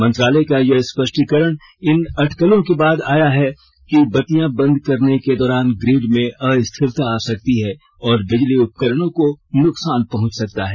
मंत्रालय का यह स्पष्टीकरण इन अटकलों के बाद आया है कि बत्तियां बंद करने के दौरान ग्रिड में अस्थिरता आ सकती है और बिजली उपकरणों को नुकसान पहुंच सकता है